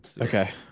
Okay